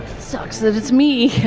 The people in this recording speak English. sucks that it's me.